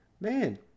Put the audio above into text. man